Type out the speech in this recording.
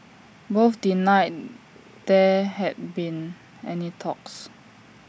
both denied there had been any talks